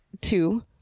Two